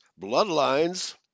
Bloodlines